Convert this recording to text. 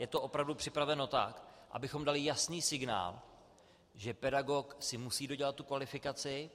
Je to opravdu připraveno tak, abychom dali jasný signál, že pedagog si musí dodělat kvalifikaci.